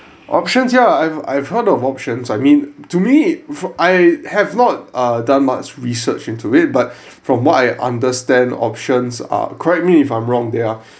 options yeah I've I've heard of options I mean to me I have not uh done much research into it but from what I understand options are correct me if I'm wrong they are